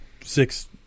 six